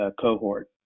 cohort